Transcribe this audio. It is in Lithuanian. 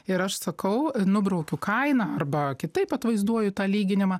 ir aš sakau nubraukiu kainą arba kitaip atvaizduoju tą lyginimą